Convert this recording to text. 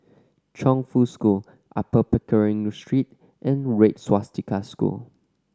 Chongfu School Upper Pickering Street and Red Swastika School